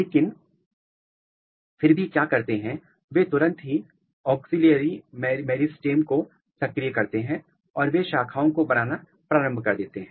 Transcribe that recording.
लेकिन भी क्या करते हैं वे तुरंत ही ऑग्ज़ीलियरी मैरिज टीम को सक्रिय करते हैं और वे शाखाओं को बनाना प्रारंभ कर देते हैं